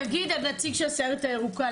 אדוני הנציג של סיירת ירוקה,